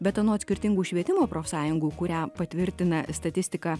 bet anot skirtingų švietimo profsąjungų kurią patvirtina statistika